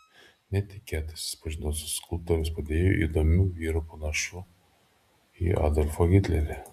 netikėtai susipažinau su skulptoriaus padėjėju įdomiu vyru panašiu į adolfą hitlerį